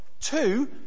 Two